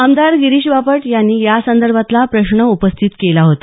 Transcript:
आमदार गिरीश बापट यांनी यासंदर्भातला प्रश्न उपस्थित केला होता